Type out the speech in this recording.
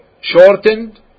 Shortened